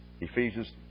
Ephesians